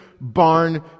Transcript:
barn